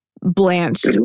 blanched